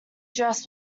dress